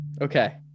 Okay